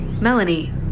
Melanie